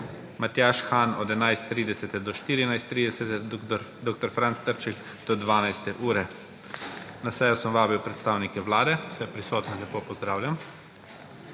Matjaž Han od 11.30 do 14.30, dr. Franc Trček do 12. ure. Na sejo sem vabil predstavnike Vlade. Vse prisotne lepo pozdravljam!